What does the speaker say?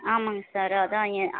ஆமாங்க சார் அதுதான் என்